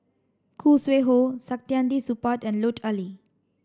Khoo Sui Hoe Saktiandi Supaat and Lut Ali